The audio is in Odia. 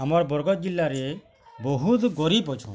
ଆମର୍ ବରଗଡ଼ ଜିଲ୍ଲା ରେ ବହୁତ ଗରିବ୍ ଅଛନ୍